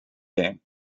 game